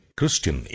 Christian